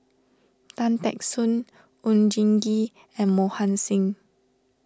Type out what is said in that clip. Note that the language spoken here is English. Tan Teck Soon Oon Jin Gee and Mohan Singh